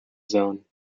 zone